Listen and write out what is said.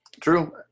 True